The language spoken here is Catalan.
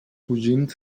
fugint